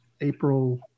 April